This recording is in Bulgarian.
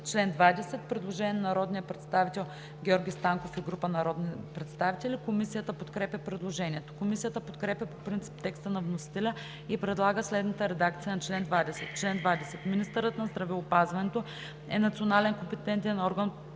чл. 20 има предложение на народния представител Георги Станков и група народни представители. Комисията подкрепя предложението. Комисията подкрепя по принцип текста на вносителя и предлага следната редакция на чл. 20: „Чл. 20. Министърът на здравеопазването е национален компетентен орган